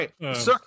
right